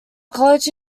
college